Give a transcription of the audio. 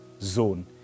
zone